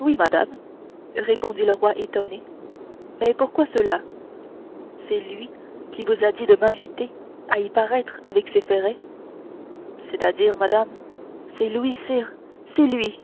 oui madame répondit le roi étonné mais pourquoi cela c'est lui qui vous a dit de m'inviter à y paraître avec ces ferrets c'est-à-dire madame c'est lui sire c'est lui